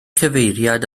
cyfeiriad